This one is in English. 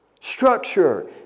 structure